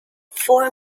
four